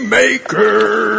maker